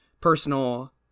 personal